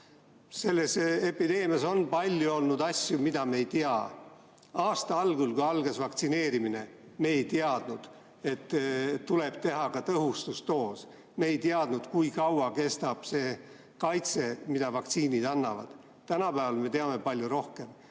Selles epideemias on olnud palju asju, mida me ei ole teadnud. Aasta algul, kui algas vaktsineerimine, me ei teadnud, et tuleb teha ka tõhustusdoos. Me ei teadnud, kui kaua kestab see kaitse, mida vaktsiinid annavad. Nüüd me teame palju rohkem